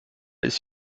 ist